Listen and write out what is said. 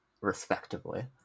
respectively